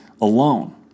alone